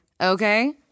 okay